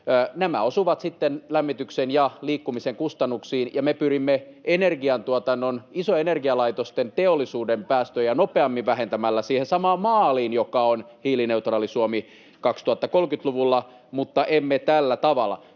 Nämä osuvat lämmityksen ja liikkumisen kustannuksiin, ja me pyrimme energiantuotannon, isojen energialaitosten ja teollisuuden päästöjä nopeammin vähentämällä siihen samaan maaliin, joka on hiilineutraali Suomi 2030-luvulla, mutta emme tällä tavalla.